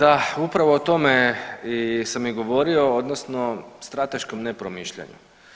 Da, upravo o tome sam i govorio odnosno strateškom nepromišljanju.